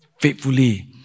faithfully